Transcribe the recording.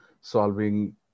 solving